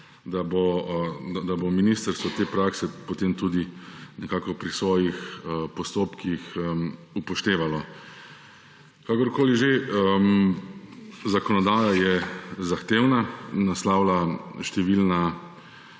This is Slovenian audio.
da bo ministrstvo te prakse potem tudi nekako pri svojih postopkih upoštevalo. Kakorkoli že, zakonodaja je zahtevna, naslavlja številna